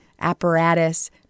apparatus